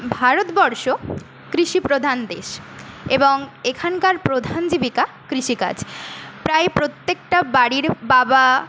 ভারতবর্ষ কৃষিপ্রধান দেশ এবং এখানকার প্রধান জীবিকা কৃষিকাজ প্রায় প্রত্যেকটা বাড়ির বাবা